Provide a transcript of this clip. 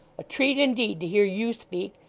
a treat, indeed, to hear you speak!